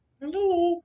hello